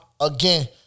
Again